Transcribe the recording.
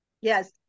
Yes